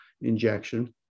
injection